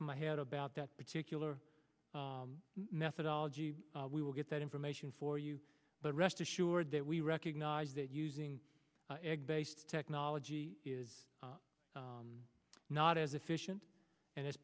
of my head about that particular methodology we will get that information for you but rest assured that we recognize that using technology is not as efficient and as